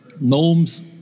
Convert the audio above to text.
gnomes